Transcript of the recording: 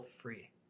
free